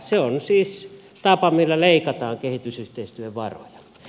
se on siis tapa millä leikataan kehitysyhteistyövaroja